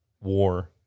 war